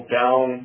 down